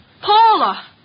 Paula